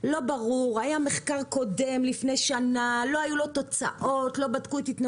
לא ברור מה היו תוצאות המחקר בשנה